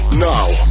now